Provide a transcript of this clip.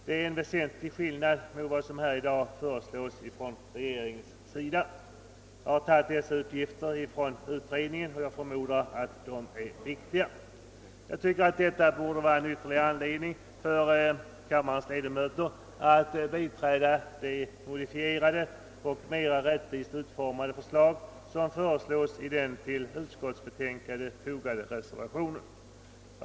Det är en väsentlig skillnad mot vad som här föreslagits av regeringen. Jag har hämtat uppgifterna från utredningen och utgår från att de är riktiga. Detta anser jag borde vara en ytterligare anledning för kammarens ledamöter att biträda det modifierade och mera rättvist utformade förslag som föreligger i den till utskottets utlåtande fogade reservationen.